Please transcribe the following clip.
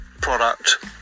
product